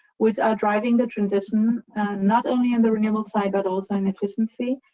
which are driving the transition not only on the renewable side, but also in efficiency.